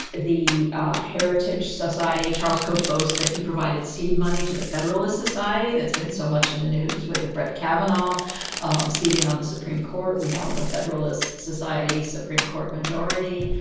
the heritage society. charles koch boasts that he provided seed money to the federalist society that's been so much in the news with the brett kavanaugh um seating on the supreme court. we now have a federalist society supreme court majority.